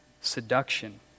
seduction